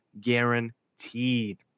guaranteed